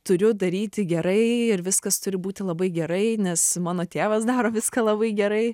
turiu daryti gerai ir viskas turi būti labai gerai nes mano tėvas daro viską labai gerai